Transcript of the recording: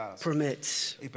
Permits